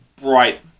bright